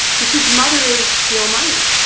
because mother is the almighty